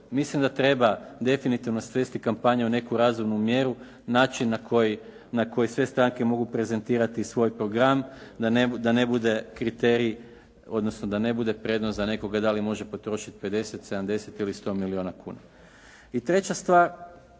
Mislim da treba definitivno svesti kampanju u neku razumnu mjeru, način na koji sve stranke mogu prezentirati svoj program, da ne bude kriterij, odnosno da ne bude prednost za nekoga da li može potrošiti 50, 70 ili 100 milijona kuna. I treća stvar,